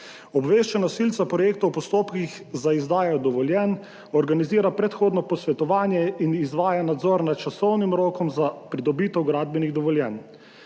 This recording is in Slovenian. obvešča nosilca projekta o postopkih za izdajo dovoljenj, organizira predhodno posvetovanje in izvaja nadzor nad časovnim rokom za pridobitev gradbenih dovoljenj.